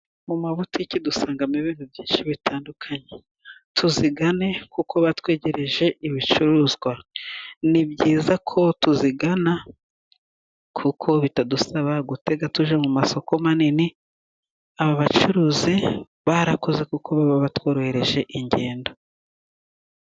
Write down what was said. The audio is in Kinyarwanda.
Mu mabutike dusangamo ibibazo byinshi bitandukanye, tuzigane kuko batwegereje ibicuruzwa, ni byiza ko tuzigana kuko bitadusaba gutega tujya mu masoko manini. Aba bacuruzi barakoze, kuko baba batworohereje ingendo.